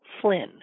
flynn